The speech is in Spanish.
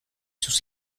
sus